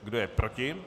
Kdo je proti?